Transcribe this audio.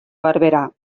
barberà